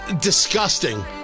Disgusting